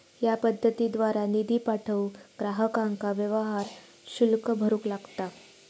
या पद्धतीद्वारा निधी पाठवूक ग्राहकांका व्यवहार शुल्क भरूक लागता